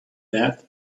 that